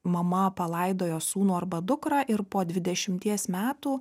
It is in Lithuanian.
mama palaidojo sūnų arba dukrą ir po dvidešimties metų